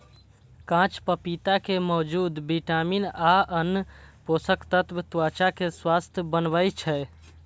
कांच पपीता मे मौजूद विटामिन आ आन पोषक तत्व त्वचा कें स्वस्थ बनबै छै